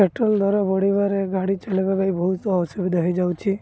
petrol ଦର ବଢ଼ିବାରେ ଗାଡ଼ି ଚଲାଇବା ଲାଗି ବହୁତ ଅସୁବିଧା ହେଇଯାଉଛି